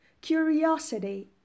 Curiosity